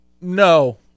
No